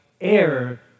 air